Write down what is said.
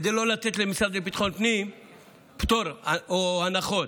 כדי לא לתת למשרד לביטחון לאומי פטור או הנחות.